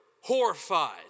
horrified